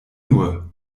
nur